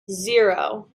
zero